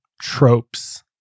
tropes